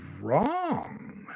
wrong